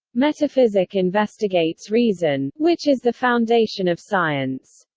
metaphysic investigates reason, which is the foundation of science.